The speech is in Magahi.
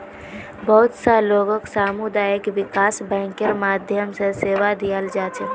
बहुत स लोगक सामुदायिक विकास बैंकेर माध्यम स सेवा दीयाल जा छेक